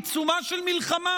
בעיצומה של מלחמה,